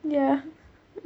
ya